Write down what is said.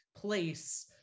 place